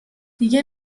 دیگه